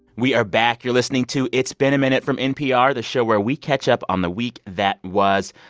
we are back. you're listening to it's been a minute from npr, the show where we catch up on the week that was.